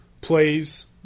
plays